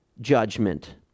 judgment